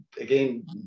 again